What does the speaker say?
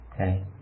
Okay